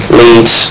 leads